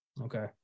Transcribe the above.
Okay